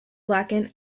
blackened